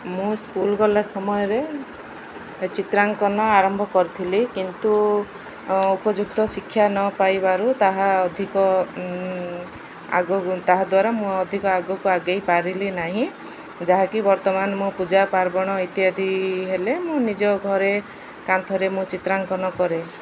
ମୁଁ ସ୍କୁଲ ଗଲା ସମୟରେ ଚିତ୍ରାଙ୍କନ ଆରମ୍ଭ କରିଥିଲି କିନ୍ତୁ ଉପଯୁକ୍ତ ଶିକ୍ଷା ନ ପାଇବାରୁ ତାହା ଅଧିକ ଆଗ ତାହା ଦ୍ୱାରା ମୁଁ ଅଧିକ ଆଗକୁ ଆଗେଇ ପାରିଲି ନାହିଁ ଯାହାକି ବର୍ତ୍ତମାନ ମୋ ପୂଜା ପାର୍ବଣ ଇତ୍ୟାଦି ହେଲେ ମୁଁ ନିଜ ଘରେ କାନ୍ଥରେ ମୁଁ ଚିତ୍ରାଙ୍କନ କରେ